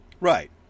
Right